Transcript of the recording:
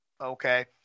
Okay